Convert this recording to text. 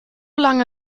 lange